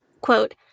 quote